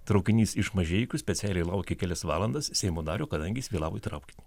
traukinys iš mažeikių specialiai laukė kelias valandas seimo nario kadangi jis vėlavo į traukinį